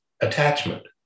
attachment